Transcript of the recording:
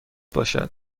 باشد